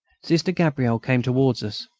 sister gabrielle came towards us.